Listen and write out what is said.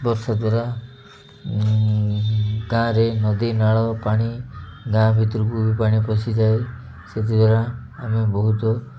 ବର୍ଷା ଦ୍ୱାରା ଗାଁରେ ନଦୀନାଳ ପାଣି ଗାଁ ଭିତରକୁ ବି ପାଣି ପଶିଯାଏ ସେଥିଦ୍ୱାରା ଆମେ ବହୁତ